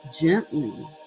gently